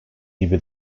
gibi